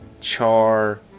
char